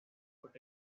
what